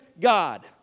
God